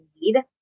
need